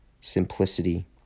simplicity